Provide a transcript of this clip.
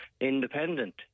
Independent